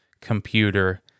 computer